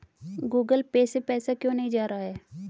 Google Pay से पैसा क्यों नहीं जा रहा है?